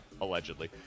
allegedly